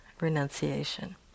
Renunciation